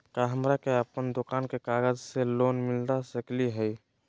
का हमरा के अपन दुकान के कागज से लोन मिलता सकली हई?